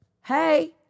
hey